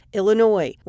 Illinois